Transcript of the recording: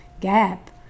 Gap